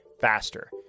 faster